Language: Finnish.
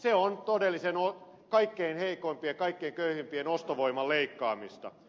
se on kaikkein heikoimpien kaikkein köyhimpien ostovoiman leikkaamista